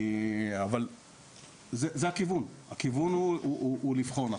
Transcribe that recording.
אבל זה הכיוון, הכיוון הוא לבחון.